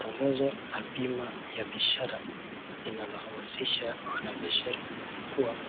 Tangazo la bima ya biashara linalohamasisha wanabiashara kuchukua